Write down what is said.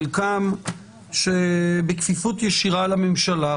חלקם בכפיפות ישירה לממשלה,